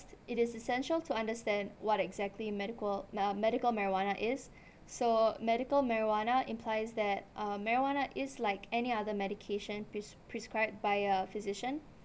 it is essential to understand what exactly medical uh medical marijuana is so medical marijuana implies that uh marijuana is like any other medication pre~ prescribed by a physician